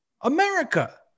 America